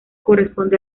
corresponde